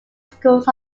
schools